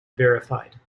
verified